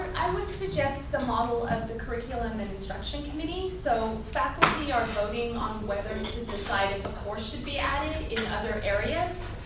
i would suggest the model of the curriculum and instruction committee so faculty are voting on whether to decide more should be added in other areas,